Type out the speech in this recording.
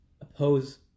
oppose